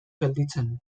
gelditzen